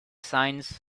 signs